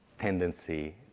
tendency